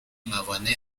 موانع